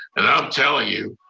and i'm telling you,